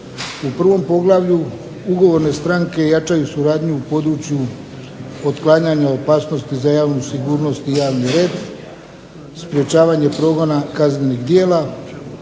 U prvom poglavlju ugovorne stranke jačaju suradnju u području otklanjanja opasnosti za javnu sigurnost i javni red, sprječavanje progona kaznenih djela,